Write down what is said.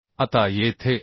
आता येथे AN